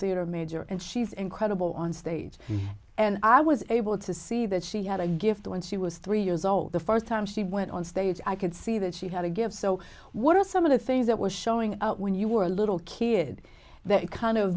theater major and she's incredible on stage and i was able to see that she had a gift when she was three years old the first time she went on stage i could see that she had to give so what are some of the things that was showing out when you were a little kid that you kind of